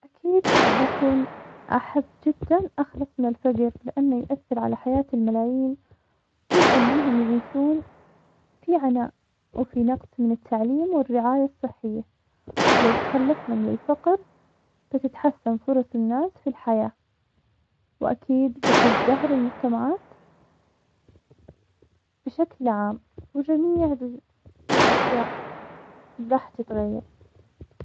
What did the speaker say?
أكيد بكون أحب جدا أخلص من الفقر, لأنه يأثر على حياة الملايين ويخليهم يعيشون في عناء, وفي نقص من التعليم والرعاية الصحية, لو تخلصنا من الفقر بتتحسن فرص الناس في الحياة, وأكيد بتزدهر المجتمعات بشكل عام, وجميع دو- بالأشيء راح تتغير.